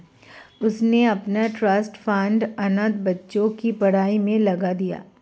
उसने अपना trust fund अनाथ बच्चों की पढ़ाई पर लगा दिया